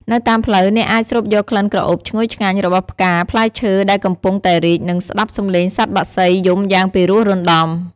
នៅតាមផ្លូវ អ្នកអាចស្រូបយកក្លិនក្រអូបឈ្ងុយឆ្ងាញ់របស់ផ្កាផ្លែឈើដែលកំពុងតែរីក និងស្តាប់សម្លេងសត្វបក្សីយំយ៉ាងពិរោះរណ្តំ។